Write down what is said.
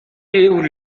you